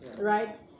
right